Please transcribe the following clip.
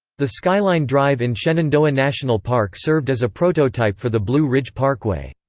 the skyline drive in shenandoah national park served as a prototype for the blue ridge parkway.